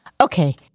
okay